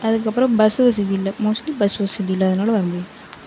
அதுக்கப்புறம் பஸ்ஸு வசதி இல்லை மோஸ்ட்லி பஸ்ஸு வசதி இல்லாததுனால வர முடியல